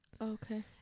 Okay